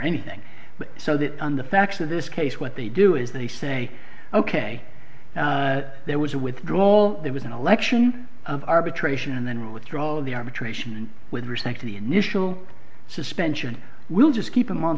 anything so that on the facts of this case what they do is they say ok there was a withdrawal there was an election of arbitration and then withdraw all of the arbitration and with respect to the initial suspension we'll just keep him on